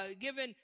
given